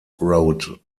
road